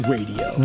Radio